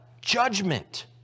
judgment